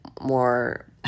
more